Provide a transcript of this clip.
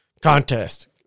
contest